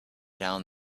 down